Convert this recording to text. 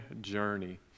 journey